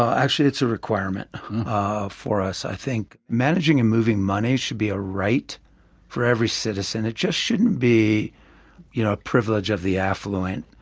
actually, it's a requirement for us. i think, managing and moving money should be a right for every citizen. it just shouldn't be you know a privilege of the affluent.